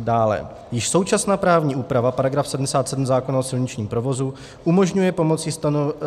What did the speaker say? Dále, již současná právní úprava § 77 zákona o silničním provozu umožňuje pomocí